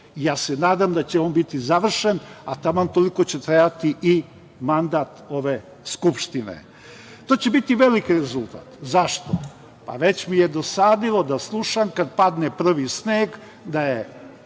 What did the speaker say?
Ja se nadam da će on biti završen, a taman toliko će trajati i mandat ove Skupštine. To će biti veliki rezultat. Zašto? Pa već mi je dosadilo da slušam, kada padne prvi sneg da je